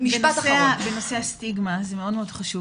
בנושא הסטיגמה, זה מאוד-מאוד חשוב